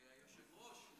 היושב-ראש,